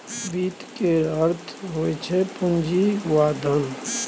वित्त केर अर्थ होइ छै पुंजी वा धन